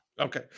Okay